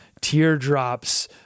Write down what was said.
teardrops